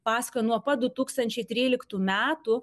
paskui nuo pat du tūkstančiai tryliktų metų